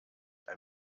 ein